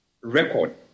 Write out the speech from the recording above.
record